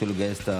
תתחילו לגייס.